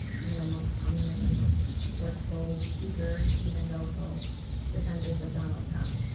you know, most prominent and most forceful, eager evangelical defenders of donald trump